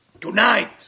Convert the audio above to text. Tonight